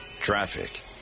traffic